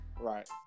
Right